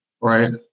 right